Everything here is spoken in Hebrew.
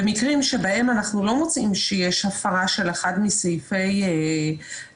במקרים בהם אנחנו לא מוצאים שיש הפרה של אחד מסעיפי החוק,